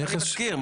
נכס שהוא משכיר.